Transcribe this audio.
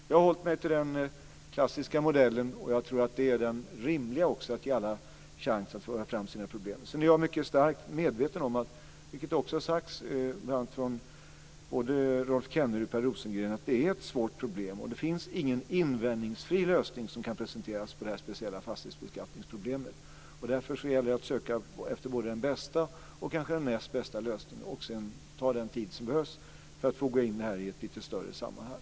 Jag har hållit mig till den klassiska modellen, och jag tror att det också är det rimliga: Att ge alla en chans att föra fram sina problem. Sedan är jag mycket starkt medveten om, vilket också har sagt av både Rolf Kenneryd och Per Rosengren, att det är ett stort problem. Det finns ingen invändningsfri lösning som kan presenteras på det här speciella fastighetsbeskattningsproblemet. Därför gäller det att söka efter både den bästa och kanske den näst bästa lösningen. Sedan får det ta den tid som behövs för att få in det här i ett lite större sammanhang.